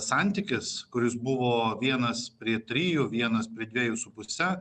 santykis kuris buvo vienas prie trijų vienas prie dviejų su puse